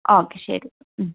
okay ശരി